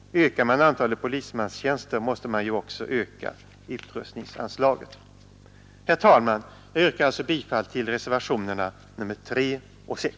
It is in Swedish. Ökar man antalet polismanstjänster, måste man ju också öka utrustningsanslaget. Herr talman! Jag yrkar alltså bifall till reservationerna 3 och 6.